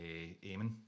Eamon